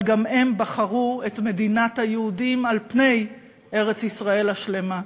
אבל גם הם בחרו את מדינת היהודים על פני ארץ-ישראל השלמה.